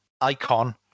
icon